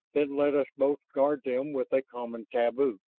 then let us both guard them with a common taboo.